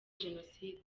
jenoside